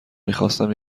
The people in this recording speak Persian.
میخواستم